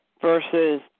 versus